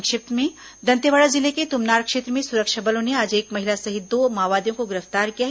संक्षिप्त समाचार दंतेवाड़ा जिले के तुमनार क्षेत्र में सुरक्षा बलों ने आज एक महिला सहित दो माओवादियों को गिरफ्तार किया है